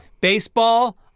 Baseball